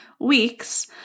weeks